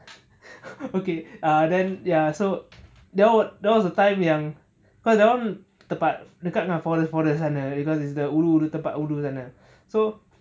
okay ah then ya so that wa~ that was the time yang cause that one tempat dekat dengan forest forest sana because it's the ulu ulu tempat ulu sana so